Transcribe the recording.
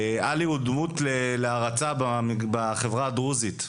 עלי הוא דמות להערצה בחברה הדרוזית,